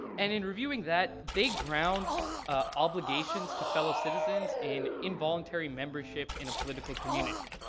and in reviewing that they ground obligations to fellow citizens in involuntary membership in a political community.